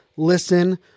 Listen